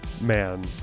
Man